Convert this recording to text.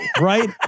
Right